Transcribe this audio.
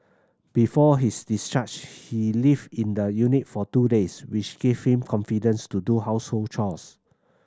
before his discharge he lived in the unit for two days which gave him confidence to do household chores